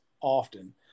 often